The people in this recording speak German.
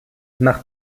nach